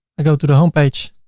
i go to the home page.